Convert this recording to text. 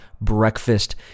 breakfast